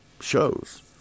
shows